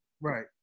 Right